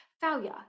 failure